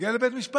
אין בית משפט.